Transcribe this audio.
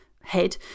head